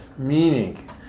meaning